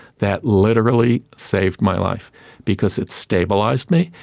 that literally saved my life because it stabilised me.